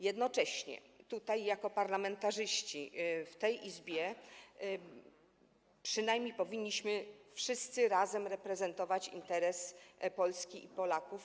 Jednocześnie jako parlamentarzyści w tej Izbie przynajmniej powinniśmy wszyscy razem reprezentować interes Polski i Polaków.